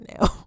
now